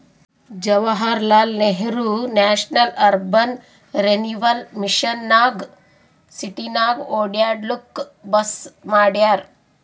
Jawaharlal Nehru national urban renewal mission ನಾಗ್ ಸಿಟಿನಾಗ್ ಒಡ್ಯಾಡ್ಲೂಕ್ ಬಸ್ ಮಾಡ್ಯಾರ್